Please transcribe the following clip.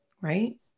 right